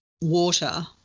water